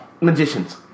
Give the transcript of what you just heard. Magicians